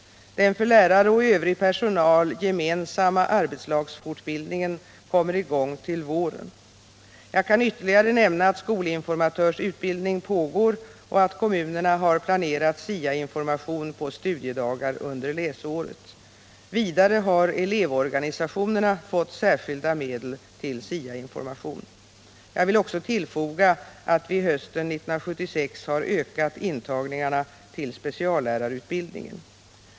Den för lärare och övrig personal gemensamma arbetslagsfortbildningen kommer i gång till våren. Jag kan ytterligare nämna att skolinformatörsutbildning pågår och att kommunerna har planerat SIA-information på studiedagar under läsåret. Vidare har elevorganisationerna fått särskilda medel till SIA-information. Jag vill också tillfoga att vi hösten 1976 har ökat intagningarna till speciallärarutbildningen.